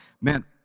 man